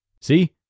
See